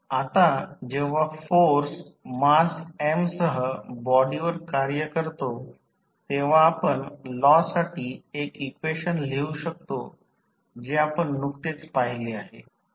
आता जेव्हा force mass m सह बॉडीवर कार्य करतो तेव्हा आपण लॉ साठी एक इक्वेशन लिहू शकतो जे आपण नुकतेच पाहिले आहे